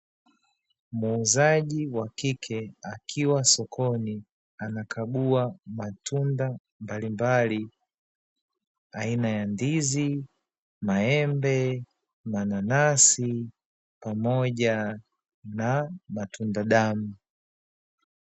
Muuzaji wa kike akiwa sokoni anakagua matunda mbalimbali aina ya ndizi, maembe, mananasi, pamoja na matunda damu.